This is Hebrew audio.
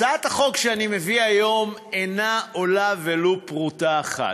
הצעת החוק שאני מביא היום אינה עולה ולו פרוטה אחת.